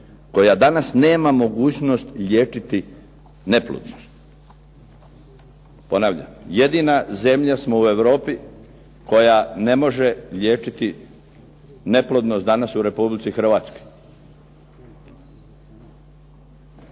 koja danas nema mogućnost liječiti neplodnost. Ponavljam, jedina zemlja smo u Europi koja ne može liječiti neplodnost danas u Republici Hrvatskoj.